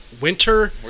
winter